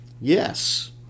Yes